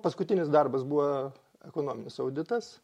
paskutinis darbas buvo ekonominis auditas